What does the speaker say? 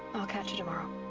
i'll catch you tomorrow